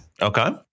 Okay